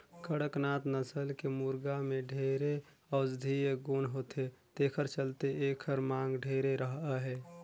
कड़कनाथ नसल के मुरगा में ढेरे औसधीय गुन होथे तेखर चलते एखर मांग ढेरे अहे